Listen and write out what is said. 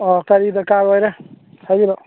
ꯑꯥ ꯀꯔꯤ ꯗꯔꯀꯥꯔ ꯑꯣꯏꯔꯦ ꯍꯥꯏꯕꯤꯔꯛꯑꯣ